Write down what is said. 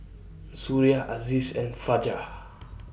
Suria Aziz and Fajar